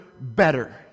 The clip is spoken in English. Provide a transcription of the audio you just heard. better